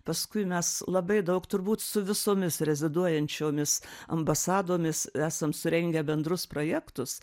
paskui mes labai daug turbūt su visomis reziduojančiomis ambasadomis esam surengę bendrus projektus